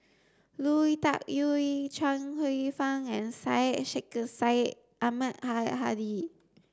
Lui Tuck Yew Chuang Hsueh Fang and Syed Sheikh Syed Ahmad Al Hadi